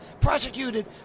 prosecuted